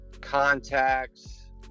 contacts